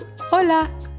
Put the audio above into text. Hola